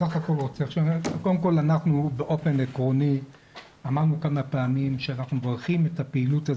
אנחנו באופן עקרוני אמרנו כמה פעמים שאנחנו מברכים את הפעילות הזאת,